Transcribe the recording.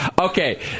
Okay